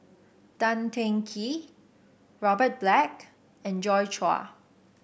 Tan Teng Kee Robert Black and Joi Chua